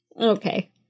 Okay